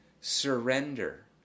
surrender